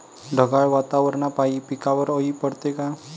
ढगाळ वातावरनापाई पिकावर अळी पडते का?